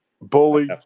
bully